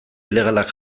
ilegalak